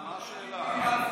מה השאלה?